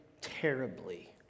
terribly